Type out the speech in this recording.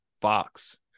Fox